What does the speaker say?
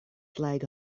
flag